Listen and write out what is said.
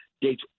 dates